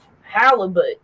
Halibut